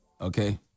Okay